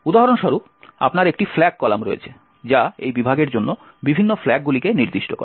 উদাহরণস্বরূপ আপনার একটি ফ্ল্যাগ কলাম রয়েছে যা এই বিভাগের জন্য বিভিন্ন ফ্ল্যাগগুলিকে নির্দিষ্ট করে